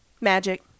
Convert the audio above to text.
Magic